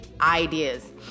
ideas